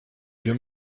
vieux